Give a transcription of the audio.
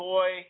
Boy